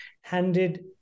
handed